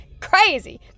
crazy